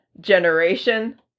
generation